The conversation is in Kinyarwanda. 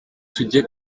tujye